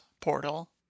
portal